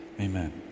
Amen